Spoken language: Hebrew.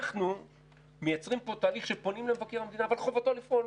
אנחנו מייצרים פה תהליך שפונים למבקר המדינה אבל חובתו לפעול,